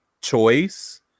choice